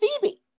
phoebe